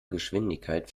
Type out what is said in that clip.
geschwindigkeit